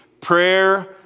Prayer